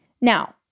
Now